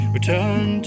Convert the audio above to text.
Return